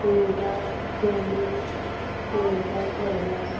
Toyota Camry Toyota Corolla